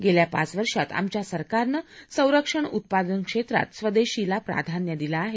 गेल्या पाच वर्षात आमच्या सरकारनं संरक्षण उत्पादन क्षेत्रात स्वदेशीला प्राधान्य दिलं आहे